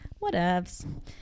Whatevs